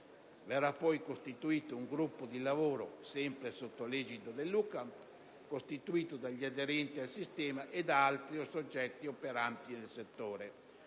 Verrà poi costituito un gruppo di lavoro, sempre sotto 1'egida dell'UCAMP, costituito dagli aderenti al sistema e da altri soggetti operanti nel settore